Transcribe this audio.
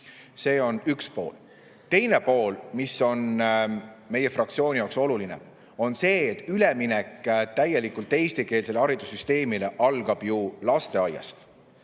See on üks pool. Teine pool, mis on meie fraktsiooni jaoks oluline, on see, et üleminek täielikult eestikeelsele haridussüsteemile algab lasteaiast.